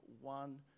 one